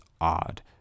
odd